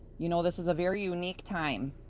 you know this is a very unique time.